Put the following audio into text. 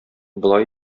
болай